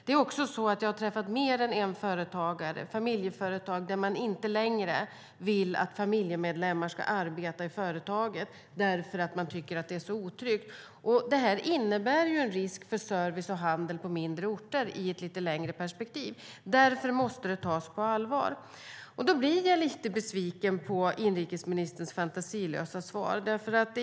Jag har också träffat mer än ett familjeföretag där man inte längre vill att familjemedlemmar ska arbeta, för man tycker att det är otryggt. Det här innebär en risk för service och handel på mindre orter i ett lite längre perspektiv. Därför måste det tas på allvar. Då blir jag lite besviken på inrikesministerns fantasilösa svar.